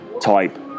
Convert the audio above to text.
type